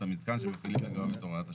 מתקן שמחליפים את הוראת השעה,